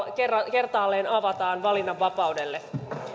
kertaalleen avataan tie valinnanvapaudelle